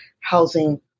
Housing